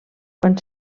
quan